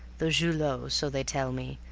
though julot, so they tell me,